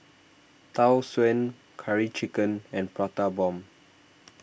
Tau Suan Curry Chicken and Prata Bomb